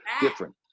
different